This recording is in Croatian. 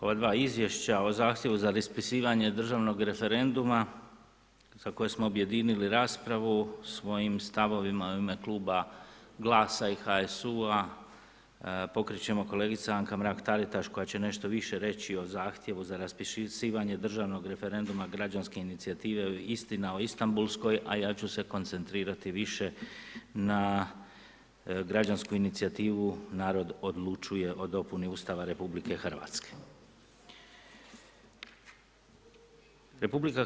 Ova dva Izvješća o zahtjevu za raspisivanju državnog referenduma za koje smo objedinili raspravu svojim stavovima u ime Kluba Glasa i HSU-a pokrećemo kolegica Anka Mrak-Taritaš koja će nešto više reći o zahtjevu za raspisivanje državnog referenduma Građanske inicijative Istina o Istambulskoj, a ja ću se koncentrirati više na Građansku inicijativu Narod odlučuje o dopuni Ustava Republike Hrvatske.